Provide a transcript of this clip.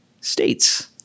states